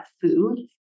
food